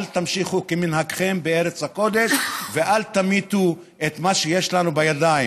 אל תמשיכו כמנהגכם בארץ הקודש ואל תמיתו את מה שיש לנו בידיים.